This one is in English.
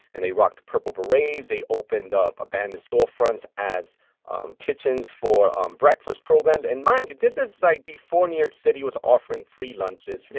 and they rocked the purple berets. they opened up abandoned storefronts as kitchens for um breakfast programs. and mind you, this is like before new york city was offering free lunches,